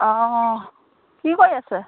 অঁ কি কৰি আছে